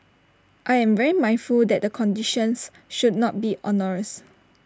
I am very mindful that the conditions should not be onerous